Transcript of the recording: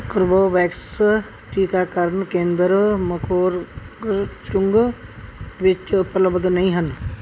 ਕੋਰਵੋਵੈਕਸ ਟੀਕਾਕਰਨ ਕੇਂਦਰ ਮੋਕੋਰ ਕਚੁੰਗ ਵਿੱਚ ਉਪਲਬਧ ਨਹੀਂ ਹਨ